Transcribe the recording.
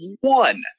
one